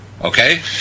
Okay